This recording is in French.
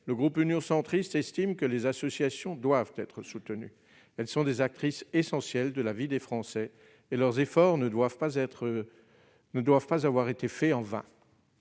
de la sortie de crise sanitaire, que les associations doivent être soutenues. Ces dernières sont des actrices essentielles de la vie des Français et leurs efforts ne doivent pas avoir été faits en vain.